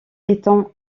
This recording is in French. étant